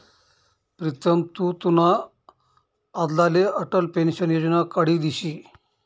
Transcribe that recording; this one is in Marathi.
प्रीतम तु तुना आज्लाले अटल पेंशन योजना काढी दिशी